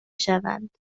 شوند